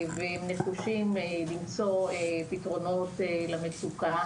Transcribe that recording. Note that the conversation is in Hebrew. והצהירו שהם נחושים למצוא פתרונות למצוקה.